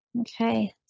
okay